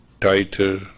tighter